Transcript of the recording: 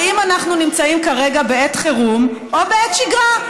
האם אנחנו נמצאים כרגע בעת חירום או בעת שגרה?